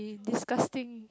disgusting